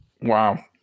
wow